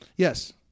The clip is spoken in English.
Yes